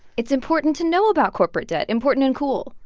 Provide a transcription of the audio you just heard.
it's important to know about corporate debt important and cool